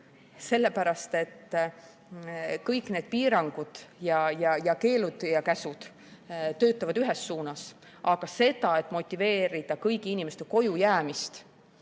Sellepärast, et kõik need piirangud, keelud ja käsud töötavad ühes suunas. Aga seda, et motiveerida kõigi inimeste kojujäämist,